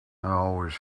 always